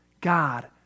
God